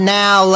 now